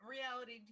reality